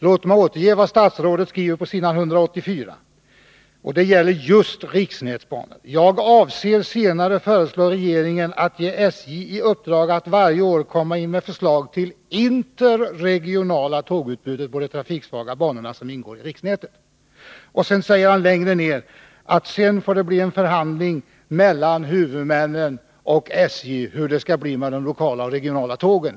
Låt mig återge vad statsrådet skriver på s. 184 om just riksnätsbanor: ”Jag avser senare föreslå regeringen att ge SJ i uppdrag att varje år komma in med förslag till det interregionala tågutbudet på de trafiksvaga bandelar som ingår i riksnätet.” Längre fram säger han att sedan får det bli en förhandling mellan huvudmännen och SJ om hur det skall bli med de lokala och regionala tågen.